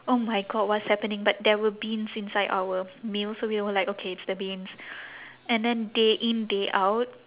oh my god what's happening but there were beans inside our meals so we were like okay it's the beans and then day in day out